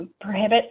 prohibit